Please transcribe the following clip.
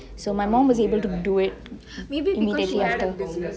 so my mum was able to do it